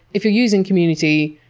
if you're using community,